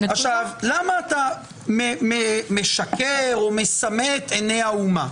למה אתה משקר או מסמא את עיני האומה?